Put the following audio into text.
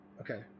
Okay